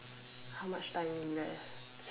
how much time we left